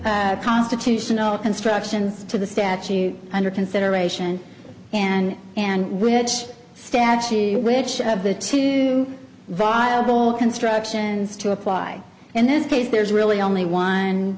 viable constitutional constructions to the statute under consideration and and which statute which of the two viable constructions to apply in this case there's really only one